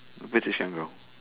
apa dia cakap dengan kau